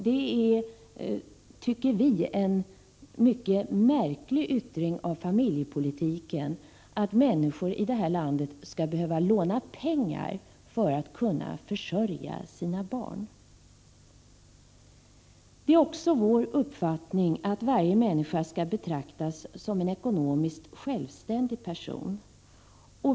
Det är, tycker vi, en mycket märklig yttring av familjepolitiken att människor i det här landet skall behöva låna pengar för att kunna försörja sina barn. Det är också vår uppfattning att varje människa skall betraktas som en ekonomiskt självständig person.